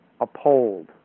uphold